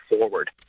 forward